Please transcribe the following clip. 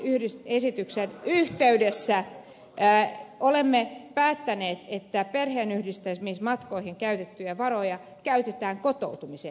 näiden lakiesitysten yhteydessä olemme päättäneet että perheenyhdistämismatkoihin käytettyjä varoja käytetään kotoutumiseen